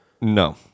no